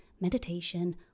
meditation